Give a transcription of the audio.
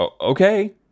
Okay